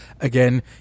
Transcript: Again